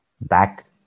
back